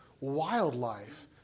wildlife